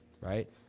right